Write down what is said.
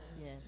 Yes